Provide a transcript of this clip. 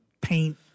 paint